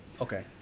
okay